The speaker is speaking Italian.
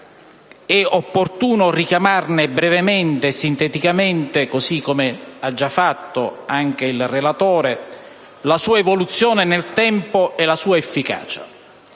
è opportuno richiamare, brevemente e sinteticamente - come ha già fatto il relatore - la sua evoluzione nel tempo e la sua efficacia.